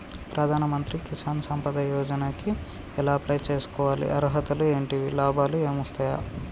ప్రధాన మంత్రి కిసాన్ సంపద యోజన కి ఎలా అప్లయ్ చేసుకోవాలి? అర్హతలు ఏంటివి? లాభాలు ఏమొస్తాయి?